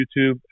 YouTube